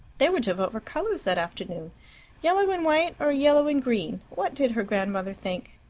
they were to vote for colours that afternoon yellow and white or yellow and green. what did her grandmother think?